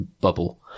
bubble